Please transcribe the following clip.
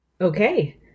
Okay